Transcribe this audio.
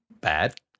bad